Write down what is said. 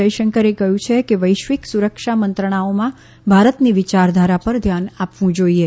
જયશંકરે કહ્યું છે કે વૈશ્વિક સુરક્ષા મંત્રણાઓમાં ભારતની વિચારધારા પર ધ્યાન આપવું જોઈએ